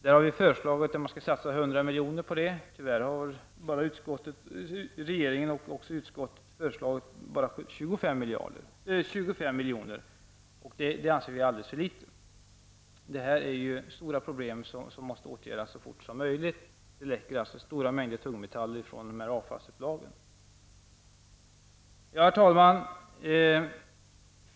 Vi har där förslagit att man skall satsa 100 milj.kr. Tyvärr har regeringen och utskottet bara föreslagit 25 miljoner. Det anser vi vara alldeles för litet. Detta är ju stora problem, som måste åtgärdas så fort som möjligt. Det läcker alltså stora mängder tungmetaller från dessa avfallsupplag. Herr talman!